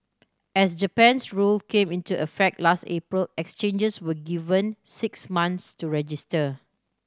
as Japan's rule came into effect last April exchanges were given six months to register